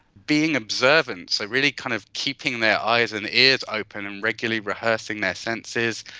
being observant, so really kind of keeping their eyes and ears open and regularly rehearsing their senses,